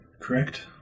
correct